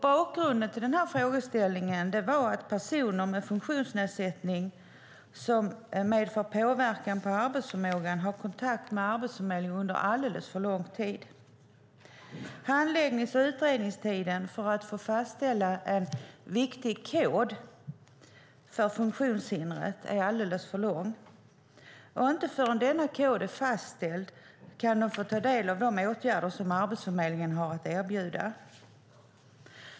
Bakgrunden till frågeställningen är att personer med funktionsnedsättning som medför påverkan på arbetsförmågan har kontakt med Arbetsförmedlingen under alldeles för lång tid. Handläggnings och utredningstiden för fastställande av den viktiga koden för funktionshindret är alldeles för lång, och inte förrän denna kod är fastställd kan de få ta del av de åtgärder som Arbetsförmedlingen har att erbjuda.